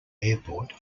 airport